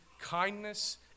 kindness